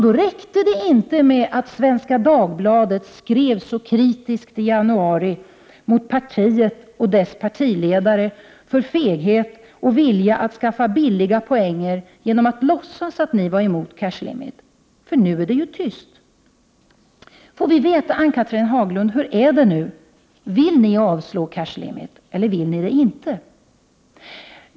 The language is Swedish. Det räckte inte med att Svenska Dagbladet i januari skrev så kritiskt mot partiet och dess partiledare — om feghet och vilja att skaffa billiga poänger genom att låtsas att ni var emot cash limit. Nu är det ju tyst! Får vi veta, Ann-Cathrine Haglund: Hur är det nu, vill ni avslå cash limit eller vill ni det inte?